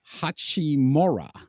Hachimura